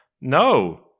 No